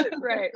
right